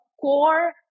core